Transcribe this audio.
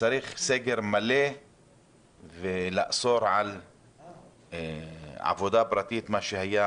צריך סגר מלא שיאסור על עבודה פרטית, מה שהיה